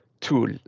tool